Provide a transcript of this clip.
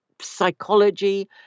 psychology